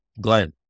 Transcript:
Glenn